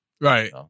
Right